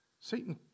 Satan